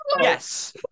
Yes